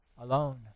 alone